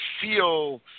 feel